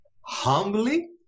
humbly